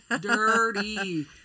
Dirty